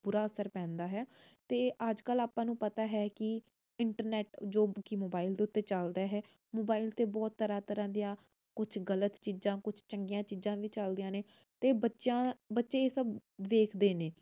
ਬੁਰਾ ਅਸਰ ਪੈਂਦਾ ਹੈ ਅਤੇ ਅੱਜ ਕੱਲ੍ਹ ਆਪਾਂ ਨੂੰ ਪਤਾ ਹੈ ਕਿ ਇੰਟਰਨੈਟ ਜੋ ਕਿ ਮੋਬਾਈਲ ਦੇ ਉੱਤੇ ਚੱਲਦਾ ਹੈ ਮੋਬਾਇਲ 'ਤੇ ਬਹੁਤ ਤਰ੍ਹਾਂ ਤਰ੍ਹਾਂ ਦੀਆਂ ਕੁਛ ਗਲਤ ਚੀਜ਼ਾਂ ਕੁਛ ਚੰਗੀਆਂ ਚੀਜ਼ਾਂ ਵੀ ਚੱਲਦੀਆਂ ਨੇ ਅਤੇ ਬੱਚਿਆਂ ਬੱਚੇ ਇਹ ਸਭ ਵੇਖਦੇ ਨੇ